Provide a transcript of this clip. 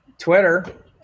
Twitter